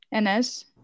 NS